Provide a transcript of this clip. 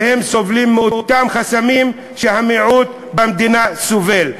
והם סובלים מאותם חסמים שהמיעוט במדינה סובל מהם.